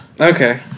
Okay